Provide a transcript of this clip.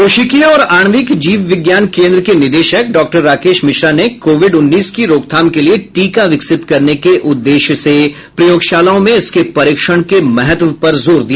कोशिकीय और आण्विक जीव विज्ञान केंद्र के निदेशक डॉ राकेश मिश्रा ने कोविड उन्नीस की रोकथाम के लिए टीका विकसित करने के उद्देश्य से प्रयोगशालाओं में इसके परीक्षण के महत्व पर जोर दिया